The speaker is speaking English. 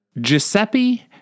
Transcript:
Giuseppe